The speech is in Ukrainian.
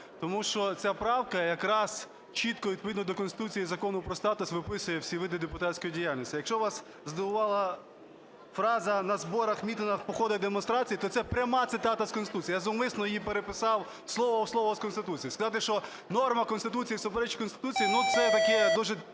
тому що ця правка якраз чітко і відповідно до Конституції, Закону про статус виписує всі види депутатської діяльності. Якщо вас здивувала фраза "на зборах, мітингах, походах і демонстраціях", то це пряма цитата з Конституції. Я зумисно її переписав слово в слово з Конституції. Сказати, що норма Конституції суперечить Конституції, це таке досить